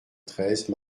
treize